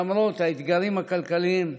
למרות האתגרים הכלכליים,